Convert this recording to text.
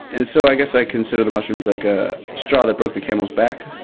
and so i guess i consider the mushrooms like a straw that broke the camel's back.